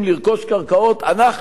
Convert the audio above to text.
אנחנו ביהודה ושומרון,